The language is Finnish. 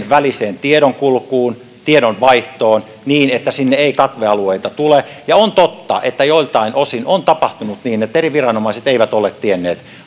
väliseen tiedonkulkuun tiedonvaihtoon niin että sinne ei katvealueita tule ja on totta että joiltain osin on tapahtunut niin että eri viranomaiset eivät ole tienneet